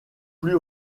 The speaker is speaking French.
plus